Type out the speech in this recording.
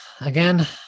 Again